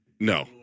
No